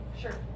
sure